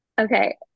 Okay